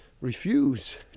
Refuse